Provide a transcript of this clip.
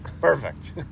Perfect